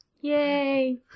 Yay